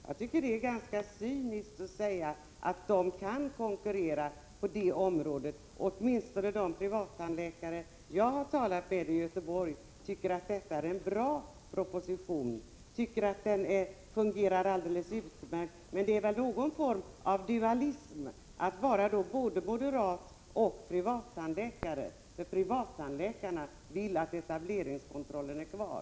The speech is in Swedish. Jag tycker det är ganska cyniskt att säga att de kan konkurrera på det området. Åtminstone de privattandläkare jag har talat med —i Göteborg — tycker att detta är en bra proposition och att etableringskontrollen fungerar alldeles utmärkt. Men det måste väl medföra någon form av dualism att vara både moderat och privattandläkare — för privattandläkarna vill ha etableringskontrollen kvar.